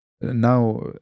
Now